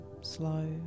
slow